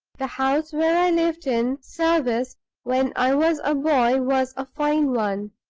the house where i lived in service when i was a boy, was a fine one,